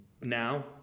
Now